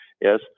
yes